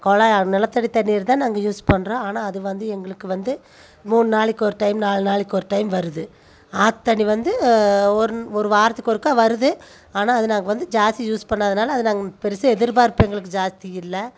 குழாயா நிலத்தடி தண்ணி தான் நாங்கள் யூஸ் பண்ணுறோம் ஆனால் அது வந்து எங்களுக்கு வந்து மூணு நாளைக்கு ஒரு டைம் நாலு நாளைக்கு ஒரு டைம் வருது ஆத்து தண்ணி வந்து ஒருன் ஒரு வாரத்துக்கு ஒருக்கா வருது ஆனால் அது நாங் வந்து ஜாஸ்தி யூஸ் பண்ணாததுனால அது நாங் பெருசாக எதிர்பார்ப்பு எங்களுக்கு ஜாஸ்தி இல்லை